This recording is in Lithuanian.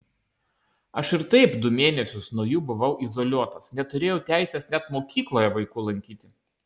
aš ir taip du mėnesius nuo jų buvau izoliuotas neturėjau teisės net mokykloje vaikų lankyti